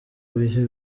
bihe